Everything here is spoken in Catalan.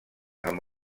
amb